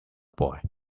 boy